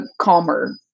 calmer